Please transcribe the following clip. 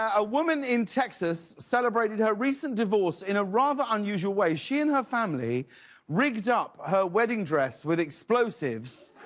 a woman in texas celebrated her recent divorce in a rather unusual way. she and her family rigged up her wedding dress with explosives,